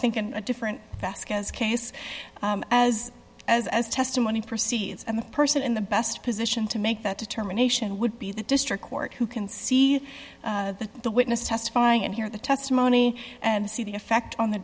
think in a different vasquez case as as as testimony proceeds and the person in the best position to make that determination would be the district court who can see the witness testify and hear the testimony and see the effect on the